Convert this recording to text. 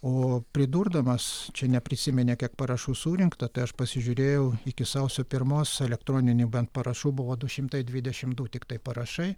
o pridurdamas čia neprisiminė kiek parašų surinkta tai aš pasižiūrėjau iki sausio pirmos elektroninių parašų buvo du šimtai dvidešimt du tiktai parašai